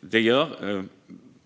Detta gör